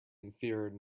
inferior